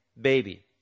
baby